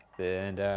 and